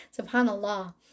Subhanallah